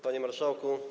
Panie Marszałku!